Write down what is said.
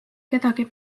kedagi